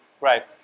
Right